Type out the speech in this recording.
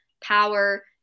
power